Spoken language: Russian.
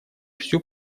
всю